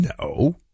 No